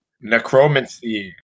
Necromancy